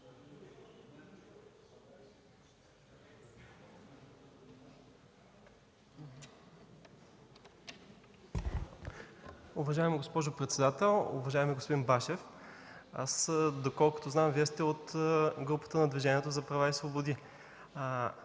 Уважаема госпожо председател! Уважаеми господин Башев, доколкото знам Вие сте от групата на Движението за права и свободи